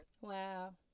Wow